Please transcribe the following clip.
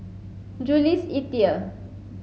Jules Itier